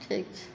ठीक छै